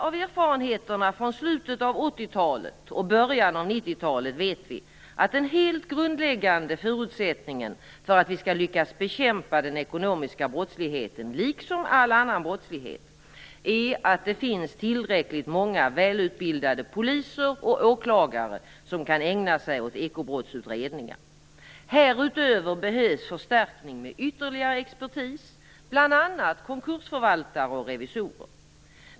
Av erfarenheterna från slutet av 80 talet och början av 90-talet vet vi att den helt grundläggande förutsättningen för att vi skall lyckas bekämpa den ekonomiska brottsligheten, liksom all annan brottslighet, är att det finns tillräckligt många välutbildade poliser och åklagare som kan ägna sig åt ekobrottsutredningar. Härutöver behövs förstärkning med ytterligare expertis, bl.a. konkursförvaltare och revisorer.